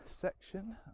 section